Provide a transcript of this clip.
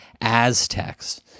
Aztecs